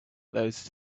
those